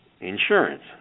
Insurance